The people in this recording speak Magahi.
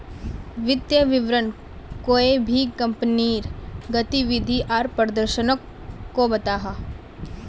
वित्तिय विवरण कोए भी कंपनीर गतिविधि आर प्रदर्शनोक को बताहा